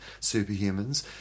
Superhumans